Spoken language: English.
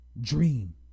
dream